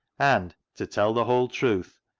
and, to tell the whole truth,